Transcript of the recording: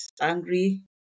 angry